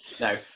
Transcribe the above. No